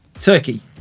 Turkey